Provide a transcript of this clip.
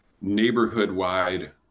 neighborhood-wide